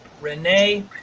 Renee